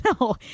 No